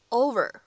over